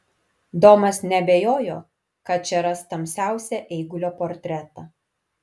domas neabejojo kad čia ras tamsiausią eigulio portretą